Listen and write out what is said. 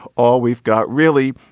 all we've got, really.